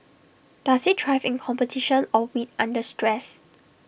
does he thrive in competition or wilt under stress